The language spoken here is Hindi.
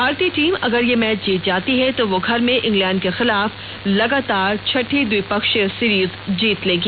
भारतीय टीम अगर यह मैच जीत जाती है तो वह घर में इंग्लैंड के खिलाफ लगातार छठी द्विपक्षीय सीरीज जीत लेगी